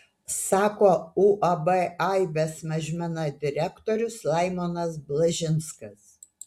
sako uab aibės mažmena direktorius laimonas blažinskas